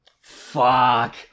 Fuck